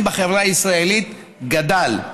בחברה הישראלית גדל.